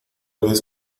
vez